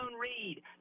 read